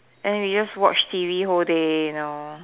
and we just watch t_v whole day you know